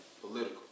political